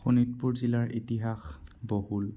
শোণিতপুৰ জিলাৰ ইতিহাস বহুল